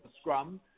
scrum